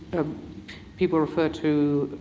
people refer to